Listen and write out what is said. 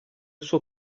suo